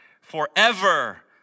forever